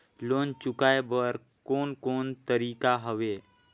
Loan चुकाए बर कोन कोन तरीका हवे?